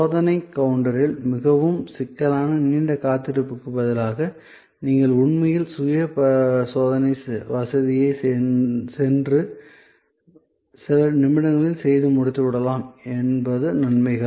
சோதனை கவுண்டரில் மிகவும் சிக்கலான நீண்ட காத்திருப்புக்குப் பதிலாக நீங்கள் உண்மையில் சுய சோதனை வசதியைச் சென்று சில நிமிடங்களில் செய்து முடித்துவிடலாம் என்பது நன்மைகள்